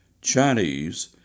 Chinese